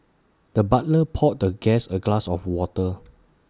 the butler poured the guest A glass of water